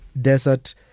desert